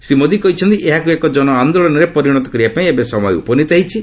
ଶ୍ରୀ ମୋଦୀ କହିଛନ୍ତି ଏହାକୁ ଏକ ଜନଆନ୍ଦୋଳନରେ ପରିଣତ କରିବା ପାଇଁ ଏବେ ସମୟ ଉପନିତ ହୋଇଛି